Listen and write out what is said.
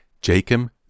Jacob